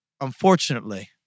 unfortunately